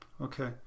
Okay